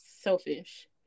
selfish